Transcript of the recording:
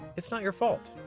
it's not your fault.